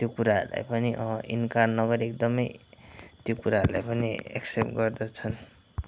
त्यो कुराहरलाई पनि इन्कार नगरी एकदमै त्यो कुराहरूलाई पनि एक्सेप्ट गर्दछन्